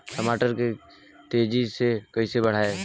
टमाटर के तेजी से कइसे बढ़ाई?